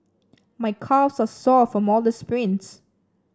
my calves are sore from all the sprints